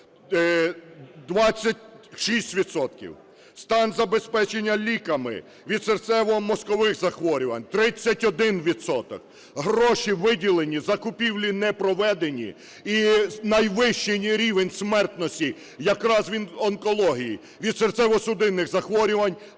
стан забезпечення ліками від серцево-мозкових захворювань - 31 відсоток. Гроші виділені, закупівлі не проведені, і найвищий рівень смертності якраз від онкології, від серцево-судинних захворювань,